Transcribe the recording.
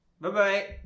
Bye-bye